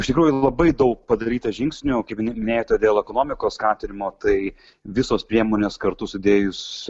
iš tikrųjų labai daug padaryta žingsnių o kaip minėjote dėl ekonomikos skatinimo tai visos priemonės kartu sudėjus